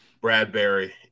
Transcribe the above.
Bradbury